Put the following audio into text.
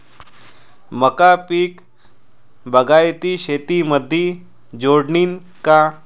मका पीक बागायती शेतीमंदी मोडीन का?